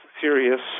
serious